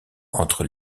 entre